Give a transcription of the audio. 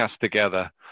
together